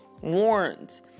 warns